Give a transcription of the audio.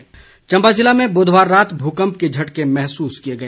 भूकंप चम्बा जिला में बुधवार रात भूकंप के झटके महसूस किए गए